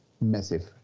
Massive